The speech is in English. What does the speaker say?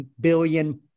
billion